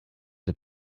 der